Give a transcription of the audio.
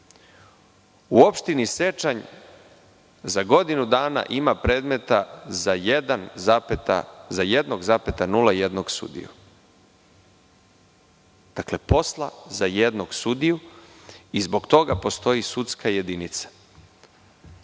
U opštini Sečanj za godinu ima predmeta za 1,01 sudiju. Dakle, posla za jednog sudiju i zbog toga postoji sudska jedinica.